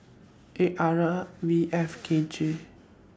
eight R L V F K J